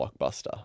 blockbuster